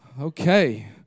Okay